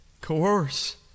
coerce